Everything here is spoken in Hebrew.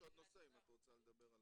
יש עוד נושא אם את רוצה לדבר עליו.